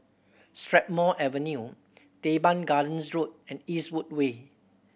Strathmore Avenue Teban Gardens Road and Eastwood Way